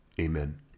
amen